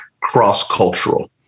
cross-cultural